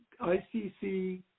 ICC